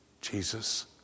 Jesus